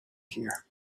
here